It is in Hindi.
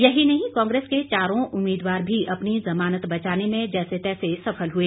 यही नहीं कांग्रेस के चारों उम्मीदवार भी अपनी जमानत बचाने में जैसे तैसे सफल हुए